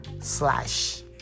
slash